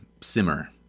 simmer